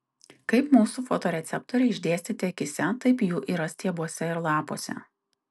kaip mūsų fotoreceptoriai išdėstyti akyse taip jų yra stiebuose ir lapuose